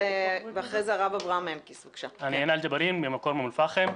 אני רנאל ג'בארין במקור מאום אל פאחם,